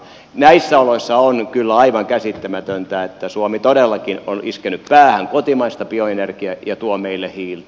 näissä oloissa on kyllä aivan käsittämätöntä että suomi todellakin on iskenyt päähän kotimaista bioenergiaa ja tuo meille hiiltä